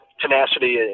Tenacity